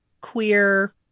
queer